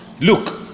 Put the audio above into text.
look